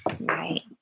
Right